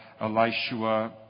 Elishua